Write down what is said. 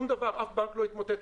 אף בנק לא יתמוטט,